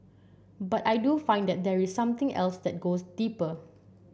but I do find that there is something else that goes deeper